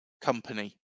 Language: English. company